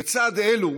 בצד אלו